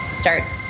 starts